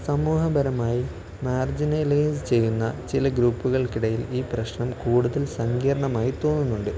സമൂഹപരമായി marginalise ചെയ്യുന്ന ചില ഗ്രൂപ്പുകൾക്കിടയിൽ ഈ പ്രശ്നം കൂടുതൽ സങ്കീർണമായി തോന്നുന്നുണ്ട്